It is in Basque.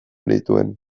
nituen